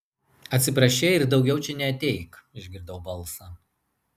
atsiprašei ir daugiau čia neateik išgirdau balsą